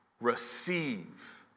Receive